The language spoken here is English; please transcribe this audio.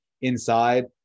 inside